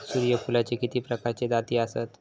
सूर्यफूलाचे किती प्रकारचे जाती आसत?